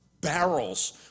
barrels